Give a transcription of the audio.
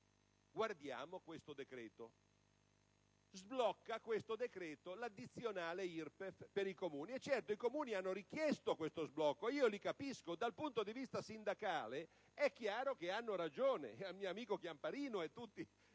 guardiamo questo decreto, che sblocca l'addizionale IRPEF per i Comuni. Certo, i Comuni hanno richiesto questo sblocco, e io li capisco: dal punto di vista sindacale è chiaro che il mio amico Chiamparino e tutti